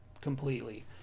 completely